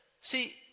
See